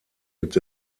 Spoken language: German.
gibt